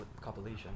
compilation